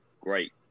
great